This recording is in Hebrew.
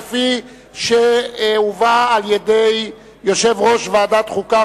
כפי שהובאה על-ידי יושב-ראש ועדת החוקה,